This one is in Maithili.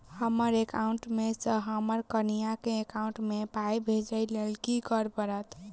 हमरा एकाउंट मे सऽ हम्मर कनिया केँ एकाउंट मै पाई भेजइ लेल की करऽ पड़त?